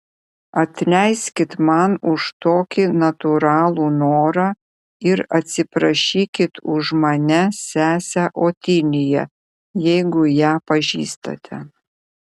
atleiskit man už tokį natūralų norą ir atsiprašykit už mane sesę otiliją jeigu ją pažįstate